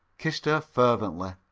kissed her fervently.